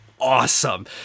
awesome